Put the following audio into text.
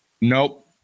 Nope